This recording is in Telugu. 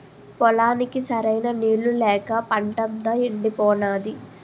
పొలానికి సరైన నీళ్ళు లేక పంటంతా యెండిపోనాది